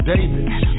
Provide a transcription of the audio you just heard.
Davis